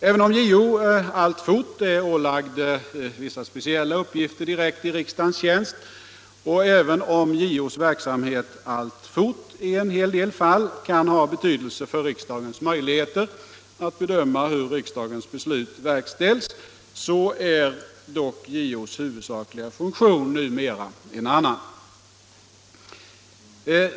Även om JO alltfort är ålagd vissa speciella uppgifter direkt i riksdagens tjänst och även om JO:s verksamhet i en del fall alltjämt kan ha betydelse för riksdagens möjligheter att bedöma hur riksdagens beslut verkställs, är dock JO:s huvudsakliga funktion numera en annan.